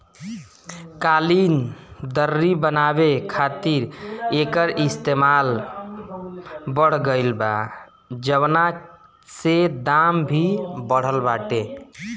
कालीन, दर्री बनावे खातिर एकर इस्तेमाल बढ़ गइल बा, जवना से दाम भी बढ़ल बाटे